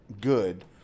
good